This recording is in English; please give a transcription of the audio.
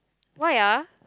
why ah